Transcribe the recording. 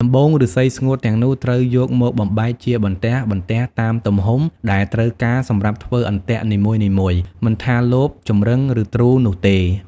ដំបូង ឫស្សីស្ងួតទាំងនោះត្រូវយកមកបំបែកជាបន្ទះៗតាមទំហំដែលត្រូវការសម្រាប់ធ្វើអន្ទាក់នីមួយៗ មិនថាលប ចម្រឹង ឬទ្រូនោះទេ។